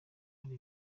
bari